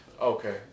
Okay